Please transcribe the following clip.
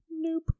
Nope